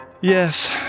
Yes